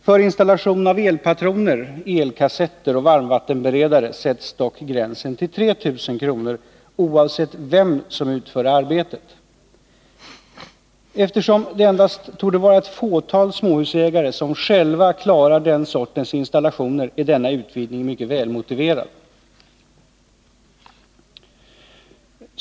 För installation av elpatroner, elkassetter och varmvattenberedare sätts dock gränsen till 3 000 kr., oavsett vem som utför arbetet. Eftersom det torde vara endast ett fåtal småhusägare som själva klarar den sortens installationer är denna utvidgning mycket väl motiverad.